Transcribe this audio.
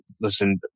listen